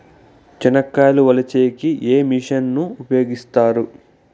చెనక్కాయలు వలచే కి ఏ మిషన్ ను ఉపయోగిస్తారు?